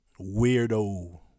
Weirdo